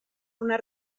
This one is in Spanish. una